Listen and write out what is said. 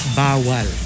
bawal